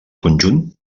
conjunt